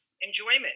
enjoyment